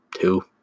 two